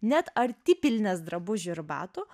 net artipilnės drabužių ir batų